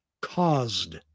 caused